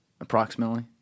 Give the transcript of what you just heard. approximately